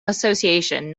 association